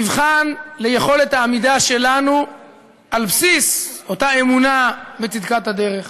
מבחן ליכולת העמידה שלנו על בסיס אותה אמונה בצדקת הדרך,